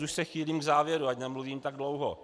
Už se chýlím k závěru, ať nemluvím tak dlouho.